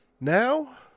Now